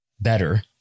better